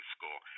School